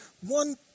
one